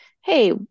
Hey